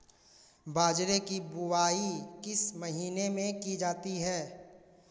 बाजरे की बुवाई किस महीने में की जाती है?